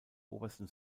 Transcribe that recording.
obersten